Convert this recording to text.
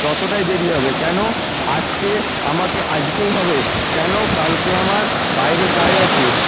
ততটাই দেরি হবে কেনো আসতে আমাকে আজকেই হবে কেনো কালকে আমার বাইরে কাজ আছে